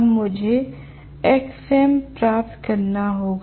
अब मुझे Xm प्राप्त करना होगा